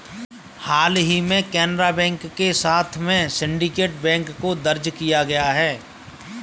हाल ही में केनरा बैंक के साथ में सिन्डीकेट बैंक को मर्ज किया गया है